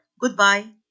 Goodbye